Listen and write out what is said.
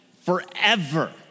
forever